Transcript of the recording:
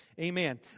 amen